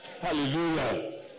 Hallelujah